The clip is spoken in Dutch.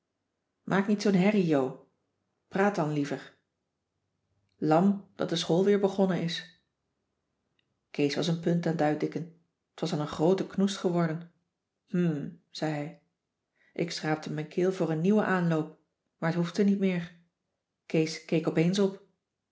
maak niet zoo'n herrie jo praat dan liever lam dat de school weer begonnen is kees was een punt aan t uitdikken t was al een groote knoest geworden hm zei hij ik schraapte mijn keel voor een nieuwen aanloop maar t hoefde niet meer kees keek opeens op